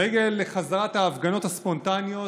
לרגל חזרת ההפגנות הספונטניות,